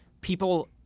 people